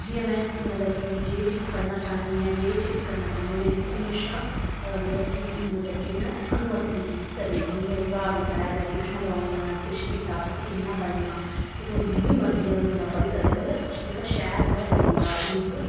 जि'यां में मतलब कि जे चीज़ पढ़ना चाह्न्नीं आं जेह्ड़ी चीज़ करना चाह्न्नीं ते मिगी हमेशा मतलब कि मतलब कि उ'नें अनुमति दित्ती की करने दी जि'यां मेरे भ्राऽ गी पढ़ाया जां ट्यूशन लोआइयां किश कीता तुसें कि'न्ना पढ़ना ते थुआढ़ी जि'न्नी मरजी ऐ तुस उ'न्ना पढ़ी सकदे मतलब जेह्का शैल थोह्ड़ा एरिया उधमपुर